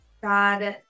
god